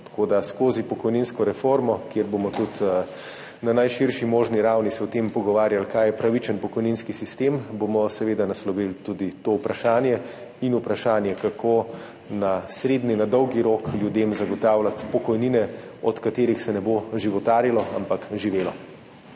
Tako da bomo skozi pokojninsko reformo, kjer se bomo tudi na najširši možni ravni pogovarjali o tem, kaj je pravičen pokojninski sistem, seveda naslovili tudi to vprašanje in vprašanje, kako na srednji, na dolgi rok ljudem zagotavljati pokojnine, od katerih se ne bo životarilo, ampak živelo.